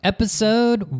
Episode